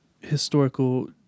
historical